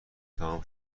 تمام